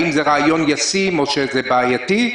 האם זה רעיון ישים או שזה בעייתי?